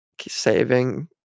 Saving